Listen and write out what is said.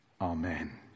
Amen